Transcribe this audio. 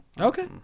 okay